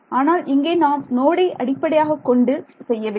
ஆனால் இங்கே நாம் நோடை அடிப்படையாகக் கொண்டு செய்யவில்லை